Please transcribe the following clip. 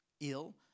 ill